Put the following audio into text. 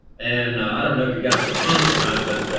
and i don't know if you got a response or not, but